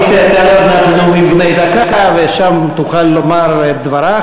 היא תעלה עוד מעט לנאומים בני דקה ושם תוכל לומר את דברה,